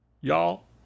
y'all